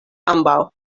ambaŭ